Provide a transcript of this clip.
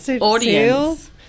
audience